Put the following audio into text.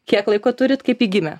kiek laiko turit kaip ji gimė